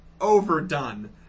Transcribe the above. overdone